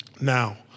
now